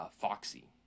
Foxy